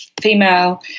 female